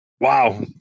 Wow